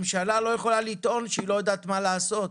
ממשלה לא יכולה לטעון שהיא לא יודעת מה לעשות.